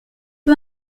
peu